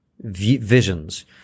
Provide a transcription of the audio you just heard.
visions